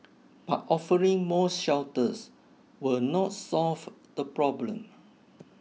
but offering more shelters will not solve the problem